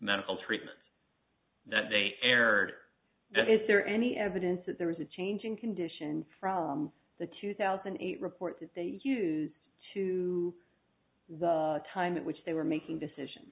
medical treatments that they erred then is there any evidence that there was a change in condition from the two thousand a report that they used to the time in which they were making decisions